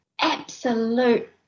absolute